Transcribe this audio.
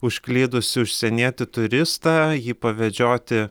užklydusį užsienietį turistą jį pavedžioti